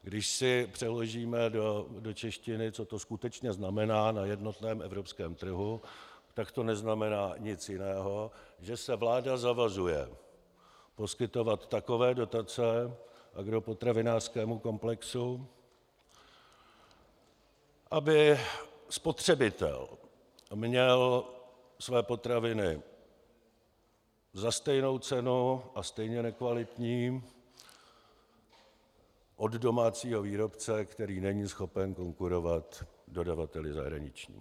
Když si přeložíme do češtiny, co to skutečně znamená na jednotném evropském trhu, tak to neznamená nic jiného, než že se vláda zavazuje poskytovat takové dotace agropotravinářskému komplexu, aby spotřebitel měl své potraviny za stejnou cenu a stejně nekvalitní od domácího výrobce, který není schopen konkurovat dodavateli zahraničnímu.